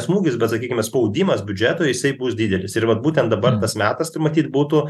smūgis bet sakykime spaudimas biudžetui jisai bus didelis ir vat būtent dabar tas metas matyt būtų